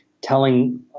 telling